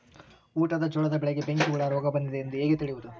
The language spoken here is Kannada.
ಊಟದ ಜೋಳದ ಬೆಳೆಗೆ ಬೆಂಕಿ ಹುಳ ರೋಗ ಬಂದಿದೆ ಎಂದು ಹೇಗೆ ತಿಳಿಯುವುದು?